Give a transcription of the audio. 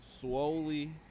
slowly